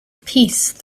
peace